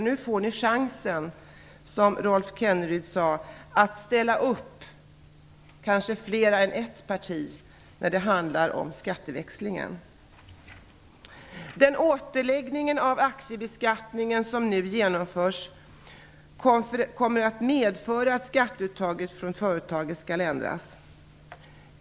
Nu få ni chansen, som Rolf Kenneryd sade, att ställa upp - kanske fler än ett parti Den återgång i aktiebeskattningen som nu genomförs kommer att medföra att skatteuttaget från företagen ändras.